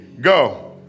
go